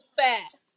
fast